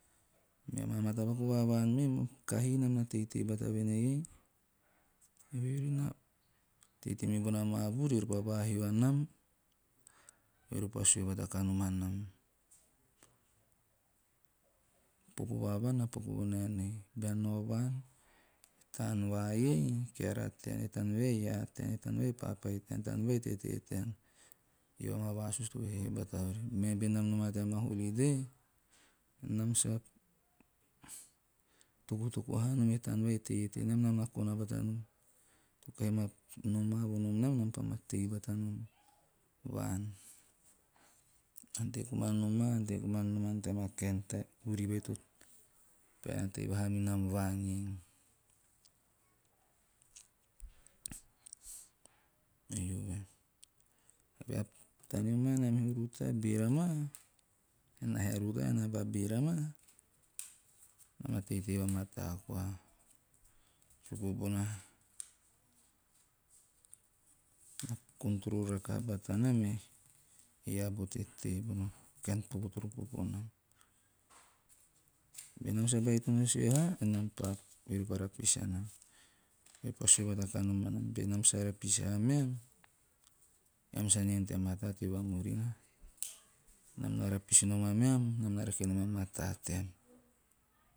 Mea ma matapakuu va vaan me, kahi nam na teitei bata voen ei ei, eori he na tei pete mibona maa vuri eori pa vaa hio anam, eori a sue bata kanom anam, a popo va vaan na paku vonaen ei. Bean nao vaan, e taan vai ei, e keara tean, e taan vai e iaa tean, e taan vai e papai tean, e taan vai e tetee tean. Ei amaa vasusu to hee bata ori. Me be nam nomaa tea 'holiday', nam sa tokutoku haa nom e taan vai e tei e tenam, nam na kona bata nom, to kahi noma nom nam, nam pa ma tei bata nom vaan. Ante komana nomana tea maa kaen taem vuri vai to pa tei vahau nam vaan ei. taneo maa nam he o ruta menam beera maa- enaa he a ruta mena pa beera maa, nam na teitei va mataa koa suku bona, control me iaa bo tetee pa kaen popo toro popo nam. Benam sa baitono sue haa, enam pa eori pa rapis aham, repa sue bata kanom anam, "benam sa rapisi haa ameam, eam sa ante haa nom tea mataa teo vamurina." "Nam na rapisi nom ameam, nam na rake nom a mataa team.